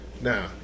Now